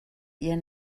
ihr